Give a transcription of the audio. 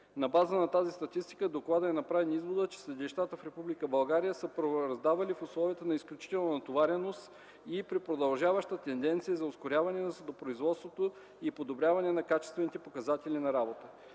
На базата на тази статистика в Доклада е направен изводът, че съдилищата в Република България са правораздавали в условията на изключителна натовареност и при продължаваща тенденция за ускоряване на съдопроизводството и подобряване на качествените показатели на работа.